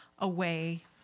Away